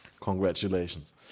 Congratulations